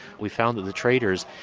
we found that the traders.